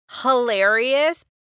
hilarious